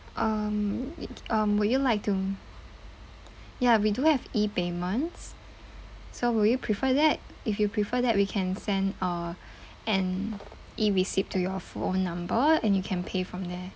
um um would you like to ya we do have E payments so will you prefer that if you prefer that we can send uh an E receipt to your phone number and you can pay from there